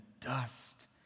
dust